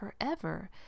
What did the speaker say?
forever